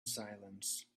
silence